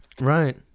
Right